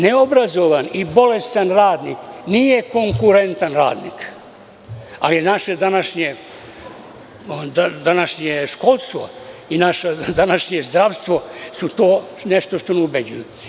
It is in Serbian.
Neobrazovan i bolestan radnik, nije konkurentan radnik, ali naše današnje školstvo i zdravstvo su nešto što me ubeđuju.